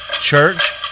Church